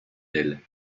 elle